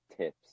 Tips